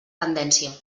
tendència